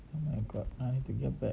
I got nine to get back